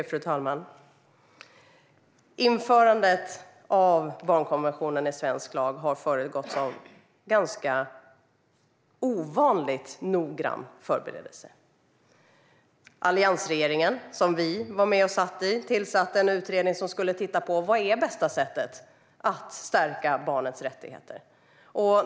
Fru talman! Införandet av barnkonventionen i svensk lag har föregåtts av ovanligt noggrann förberedelse. Alliansregeringen tillsatte en utredning som skulle titta på vad som var bästa sättet att stärka barns rättigheter.